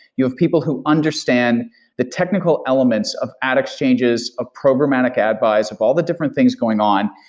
you have people who understand the technical elements of ad exchanges, of programmatic ad buys, of all the different things going on,